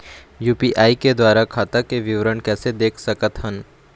UPI के द्वारा खाता के विवरण कैसे देख सकत हन?